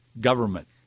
government